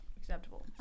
acceptable